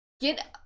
get